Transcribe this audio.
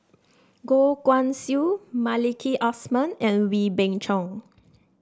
Goh Guan Siew Maliki Osman and Wee Beng Chong